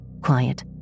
quiet